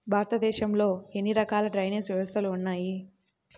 భారతదేశంలో ఎన్ని రకాల డ్రైనేజ్ వ్యవస్థలు ఉన్నాయి?